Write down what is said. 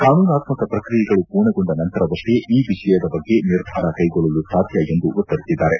ಕಾನೂನಾತ್ಸಕ ಪ್ರಕ್ರಿಯೆಗಳು ಪೂರ್ಣಗೊಂಡ ನಂತರವಷ್ಷೇ ಈ ವಿಷಯದ ಬಗ್ಗೆ ನಿರ್ಧಾರ ಕೈಗೊಳ್ಳಲು ಸಾಧ್ವ ಎಂದು ಉತ್ತರಿಸಿದ್ದಾರೆ